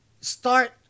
start